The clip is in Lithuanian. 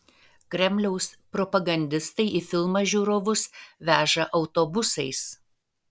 kremliaus propagandistai į filmą žiūrovus veža autobusais